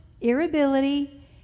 irritability